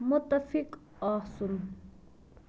مُتفِق آسُن